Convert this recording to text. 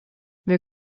wir